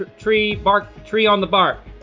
tree. bark. tree on the bark.